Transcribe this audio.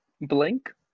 Blank